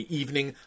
evening